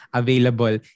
available